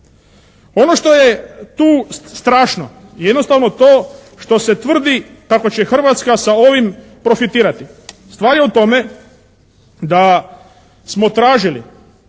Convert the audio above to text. Ono što je tu strašno, jednostavno to što se tvrdi kako će Hrvatska sa ovim profitirati. Stvar je u tome da smo tražili